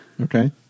Okay